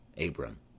Abram